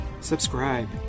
subscribe